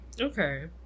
okay